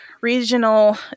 regional